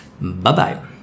Bye-bye